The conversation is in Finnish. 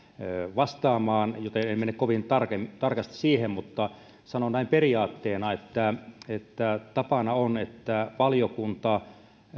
vastaamaan joten en mene kovin tarkasti siihen mutta sanon näin periaatteena että että tapana on että valiokunta